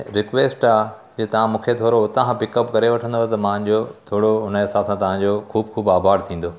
request आहे जे तव्हां मूंखे थोरो हुतां खां पिकअप करे वठंदव त मुंहिंजो थोरो हुनजे हिसाब सां तव्हांजो ख़ूब ख़ूब आभार थींदो